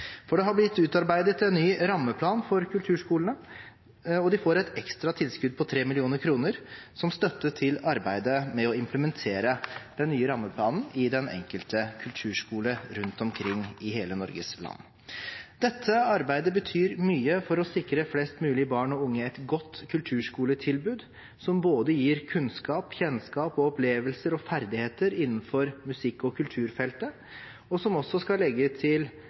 for det har blitt utarbeidet en ny rammeplan for kulturskolene, og de får et ekstra tilskudd på 3 mill. kr som støtte til arbeidet med å implementere den nye rammeplanen i den enkelte kulturskole rundt omkring i hele Norges land. Dette arbeidet betyr mye for å sikre flest mulig barn og unge et godt kulturskoletilbud, som gir kunnskap, kjennskap, opplevelser og ferdigheter innenfor musikk- og kulturfeltet, og som skal legge til